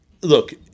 look